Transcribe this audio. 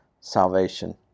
salvation